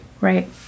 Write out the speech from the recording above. right